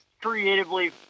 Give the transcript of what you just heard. creatively –